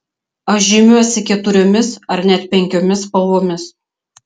aš žymiuosi keturiomis ar net penkiomis spalvomis